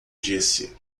disse